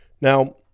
now